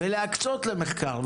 ולהקצות למחקר,